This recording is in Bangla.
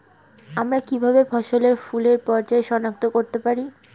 আমরা কিভাবে ফসলে ফুলের পর্যায় সনাক্ত করতে পারি?